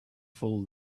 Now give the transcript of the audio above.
full